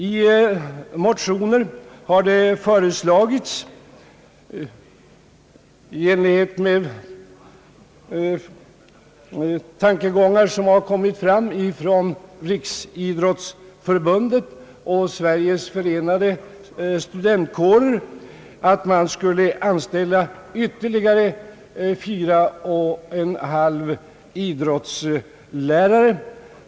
I motioner har det föreslagits, i enlighet med tankegångar som har kommit fram från Riksidrottsförbundet och Sveriges förenade studentkårer, att man skulle inrätta ytterligare fyra och en halv idrottslärartjänster.